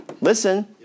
listen